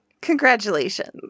Congratulations